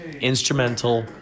instrumental